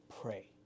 pray